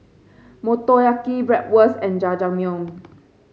Motoyaki Bratwurst and Jajangmyeon